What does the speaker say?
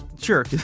Sure